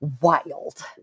wild